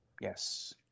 Yes